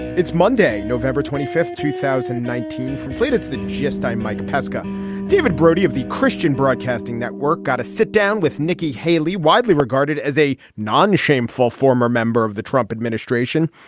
it's monday, november twenty fifth, two thousand and nineteen from slate, it's the gist. i'm mike pesca david brody of the christian broadcasting network got a sit down with nikki haley, widely regarded as a non shameful former member of the trump administration.